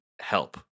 help